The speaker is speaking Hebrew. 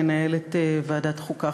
מנהלת ועדת החוקה,